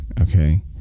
Okay